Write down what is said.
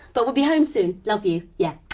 but we'll be home soon. love you. yeah,